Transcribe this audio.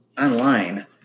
online